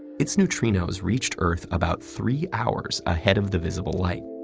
its neutrinos reached earth about three hours ahead of the visible light.